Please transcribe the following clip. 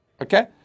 Okay